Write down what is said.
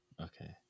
Okay